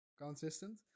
consistent